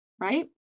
Right